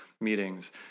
meetings